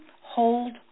hold